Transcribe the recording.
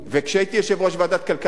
כשהייתי יושב-ראש ועדת הכלכלה,